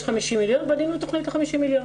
יש 50 מיליון, בנינו תכנית ל-50 מיליון.